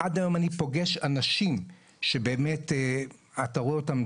עד היום אני פוגש אנשים שבאמת אתה רואה אותם,